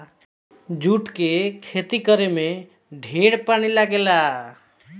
जुट के खेती करे में ढेरे पानी लागेला